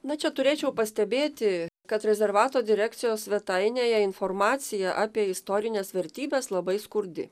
na čia turėčiau pastebėti kad rezervato direkcijos svetainėje informacija apie istorines vertybes labai skurdi